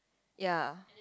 ya